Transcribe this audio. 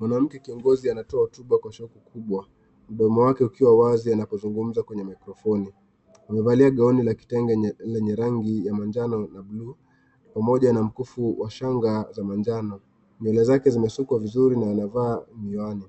Mwanamke kiongozi anatoa hotuba kwa shauku kubwa, mdomo wake ukiwa wazi anapozungumza kwenye maikrofoni. Amevalia gauni la kitenge lenye rangi ya manjano na blue pamoja na mkufu wa shanga za manjano. Nywele zake zimesukwa vizuri na anavaa miwani.